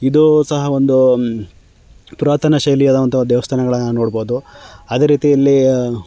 ಇದು ಸಹ ಒಂದು ಪುರಾತನ ಶೈಲಿಯಾದಂಥ ದೇವಸ್ಥಾನಗಳನ್ನು ನೋಡ್ಬೋದು ಅದೇ ರೀತಿ ಇಲ್ಲಿ